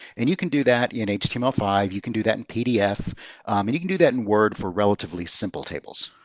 and you can do that in h t m l five. you can do that in pdf. and you can do that in word for relatively simple tables.